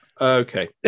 Okay